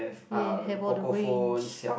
have all the range